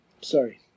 Sorry